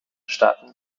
staaten